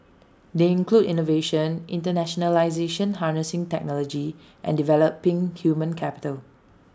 they include innovation internationalisation harnessing technology and developing human capital